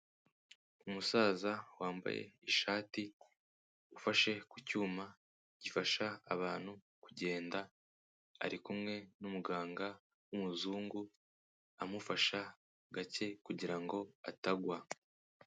Umusaza wambaye ishati ufashe ku cyuma gifasha abantu kugenda arikumwe n'umuganga w'umuzungu amufasha gake kugira ngo atagwa.